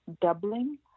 doubling